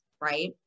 Right